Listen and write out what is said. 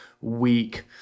week